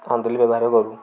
ଅନ୍ଧୁଲି ବ୍ୟବହାର କରୁ